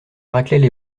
raclaient